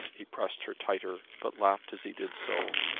he pressed her tighter, but laughed as he did so.